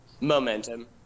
Momentum